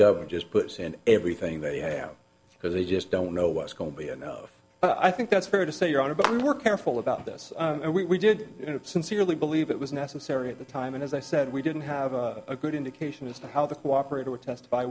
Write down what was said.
governor just puts and everything they have because they just don't know what's going to be you know i think that's fair to say you're on a bit more careful about this and we did sincerely believe it was necessary at the time and as i said we didn't have a good indication as to how the cooperate or testify